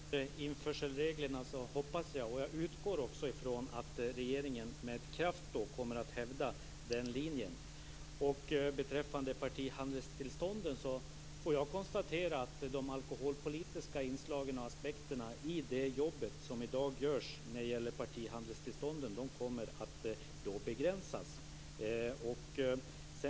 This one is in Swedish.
Fru talman! När det gäller införselreglerna hoppas jag - jag utgår också ifrån - att regeringen med kraft kommer att hävda den linjen. Beträffande partihandelstillstånden får jag konstatera att de alkoholpolitiska inslagen och aspekterna i det jobb som i dag görs när det gäller partihandelstillstånden kommer att begränsas.